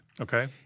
Okay